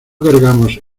cargamos